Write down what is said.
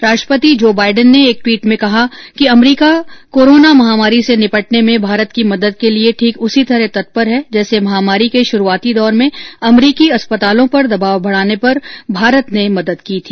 राष्ट्रपति Joe Biden ने एक ट्वीट में कहा कि अमरीका कोरोना महामारी से निपटने में भारत की मदद के लिये ठीक उसी तरह तत्पर है जैसे महामारी के शुरूआती दौर में अमरीकी अस्पतालों पर दबाव बढ़ाने पर भारत ने मदद की थी